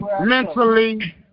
mentally